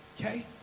Okay